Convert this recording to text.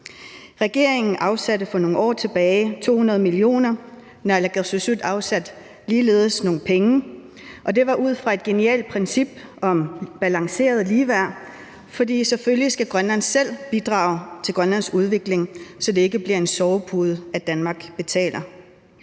Regeringen afsatte for nogle år tilbage 200 mio. kr., og naalakkersuisut afsatte ligeledes nogle penge. Det var ud fra et genialt princip om balanceret ligeværd, for selvfølgelig skal Grønland selv bidrage til Grønlands udvikling, så det ikke bliver en sovepude, at Danmark betaler.